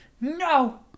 no